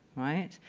right?